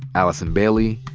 allison bailey,